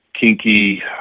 kinky